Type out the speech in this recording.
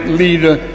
leader